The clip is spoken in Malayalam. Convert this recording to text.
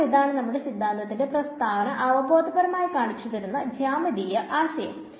അപ്പോൾ ഇതാണ് നമുക്ക് ഈ സിദ്ധാന്തത്തിന്റെ പ്രസ്താവന അവബോധപരമായി കാണിച്ചു തരുന്ന ജ്യാമീതീയ ആശയം